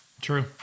True